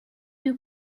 you